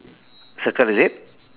circle is it